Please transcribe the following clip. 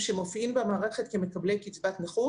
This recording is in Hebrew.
זאת אומרת שמישהו שהוכר כאוטיסט מעל גיל 18 הוא